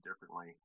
differently